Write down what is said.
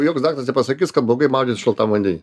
joks daktaras nepasakys kad blogai maudytis šaltam vandeny